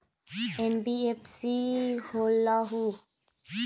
NBFC का होलहु?